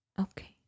Okay